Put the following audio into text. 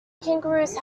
kangaroos